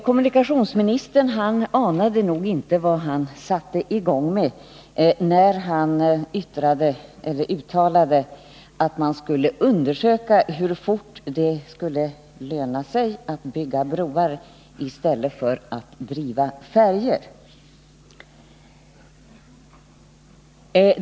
Kommunikationsministern anade nog inte vad han satte i gång när han uttalade att man skulle undersöka hur länge det skulle dröja innan det började bli lönsamt med broar i stället för med färjor.